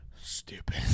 Stupid